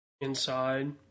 Inside